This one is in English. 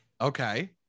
Okay